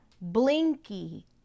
blinky